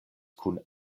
kun